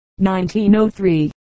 1903